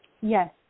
Yes